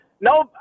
No